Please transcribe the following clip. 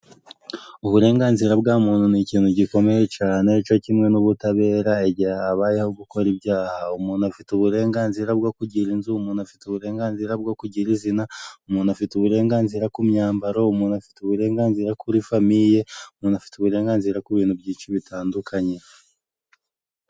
Uburenganzira bwa muntu ni ikintu gikomeye cyane， cyo kimwe n'ubutabera，igihe habayeho gukora ibyaha， umuntu afite uburenganzira bwo kugira inzu，umuntu afite uburenganzira bwo kugira izina，umuntu afite uburenganzira ku myambaro， umuntu afite uburenganzira kuri famiye， umuntu afite uburenganzira ku bintu byinshi bitandukanye.